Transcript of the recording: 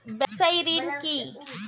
ব্যবসায় ঋণ কি?